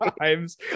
times